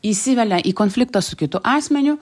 įsivelia į konfliktą su kitu asmeniu